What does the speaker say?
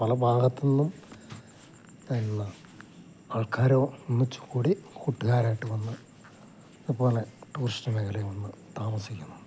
പല ഭാഗത്തുനിന്നും ആൾക്കാരൊന്നിച്ചുകൂടി കൂട്ടുകാരുമായിട്ട് വന്ന് അതുപോലെ ടൂറിസ്റ്റ് മേഖലയിൽ വന്ന് താമസിക്കുന്നുണ്ട്